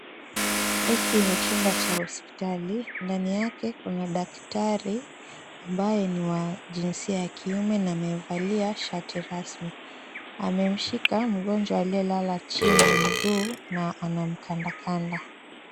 Hiki ni chumba cha hospitali. Ndani yake kuna daktari ambaye ni wa jinsia ya kiume na amevalia shati rasmi. Amemshika mgonjwa aliyelala chini mguu na anamkanda kanda.